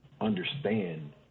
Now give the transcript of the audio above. understand